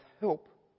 help